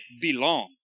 belong